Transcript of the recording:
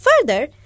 Further